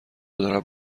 دارم